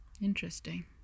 interesting